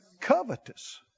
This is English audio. covetous